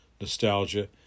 nostalgia